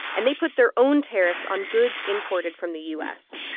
and they put their own tariffs on goods imported from the u s.